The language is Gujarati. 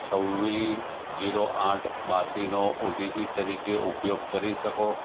છવ્વીસ જીરો આઠ બ્યાંશીનો ઓટીપી તરીકે ઉપયોગ કરી શકો